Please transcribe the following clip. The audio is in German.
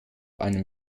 einem